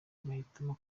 bagahitamo